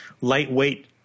lightweight